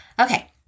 Okay